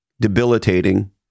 debilitating